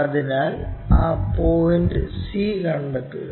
അതിനാൽ ആ point c കണ്ടെത്തുക